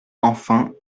enfin